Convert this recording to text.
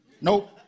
Nope